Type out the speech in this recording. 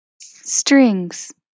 Strings